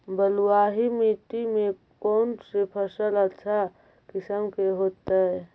बलुआही मिट्टी में कौन से फसल अच्छा किस्म के होतै?